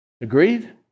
Agreed